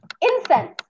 incense